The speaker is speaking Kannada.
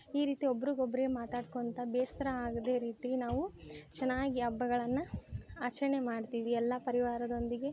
ಈ ರೀತಿ ಒಬ್ರಿಗೆ ಒಬ್ಬರೇ ಮಾತಾಡ್ಕೊಳ್ತಾ ಬೇಸರ ಆಗದೇ ರೀತಿ ನಾವು ಚೆನ್ನಾಗಿ ಹಬ್ಬಗಳನ್ನ ಆಚರಣೆ ಮಾಡ್ತೀವಿ ಎಲ್ಲ ಪರಿವಾರದೊಂದಿಗೆ